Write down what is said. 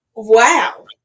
Wow